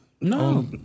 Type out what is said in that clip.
No